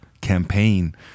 campaign